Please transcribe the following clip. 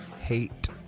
hate